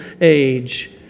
age